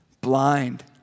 Blind